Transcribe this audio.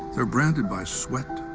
they're branded by sweat,